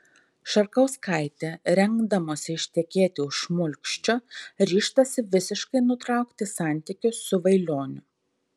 šarkauskaitė rengdamosi ištekėti už šmulkščio ryžtasi visiškai nutraukti santykius su vailioniu